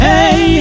Hey